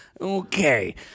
Okay